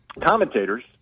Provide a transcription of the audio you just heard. commentators